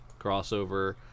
crossover